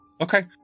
Okay